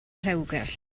rewgell